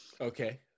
Okay